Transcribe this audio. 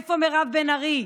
איפה מירב בן ארי?